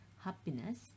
happiness